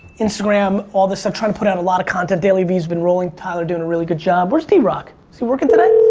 instragram all this stuff trying to put out a lot of content. dailyvee's been rolling. tyler doing really good job. where's drock? is he working today?